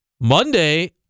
Monday